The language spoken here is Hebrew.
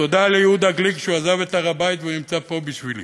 ותודה ליהודה גליק שעזב את הר-הבית ונמצא פה בשבילי.